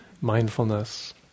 mindfulness